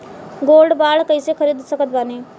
Gold bond कईसे खरीद सकत बानी?